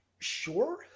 sure